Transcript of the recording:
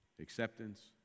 acceptance